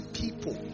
people